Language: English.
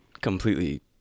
completely